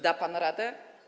Da pan radę?